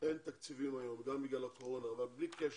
אין תקציבים היום, גם בגלל הקורונה, אבל בלי קשר,